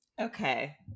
Okay